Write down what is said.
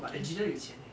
but engineer 有钱 leh